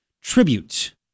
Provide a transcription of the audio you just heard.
tribute